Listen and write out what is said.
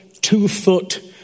two-foot